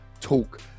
Talk